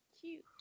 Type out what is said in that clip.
Cute